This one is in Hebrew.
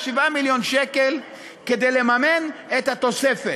7 מיליון שקל כדי לממן את התוספת.